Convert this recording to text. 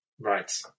right